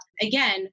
again